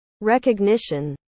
recognition